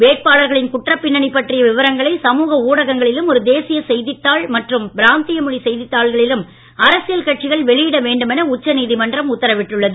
வேட்பாளர்களின் குற்றப் பின்னணி பற்றிய விவரங்களை சமூக ஊடகங்களிலும் ஒரு தேசிய செய்தித்தாள் மற்றும் ஒரு பிராந்திய மொழி செய்தித்தாளிலும் அரசியல் கட்சிகள் வெளியிட வேண்டுமென உச்ச நீதிமன்றம் உத்தரவிட்டுள்ளது